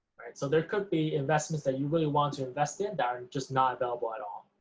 alright, so there could be investments that you really want to invest in that are just not available at all.